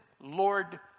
Lord